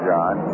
John